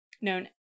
known